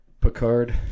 picard